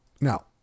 Now